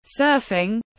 surfing